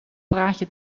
praatje